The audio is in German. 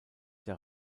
der